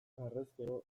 harrezkero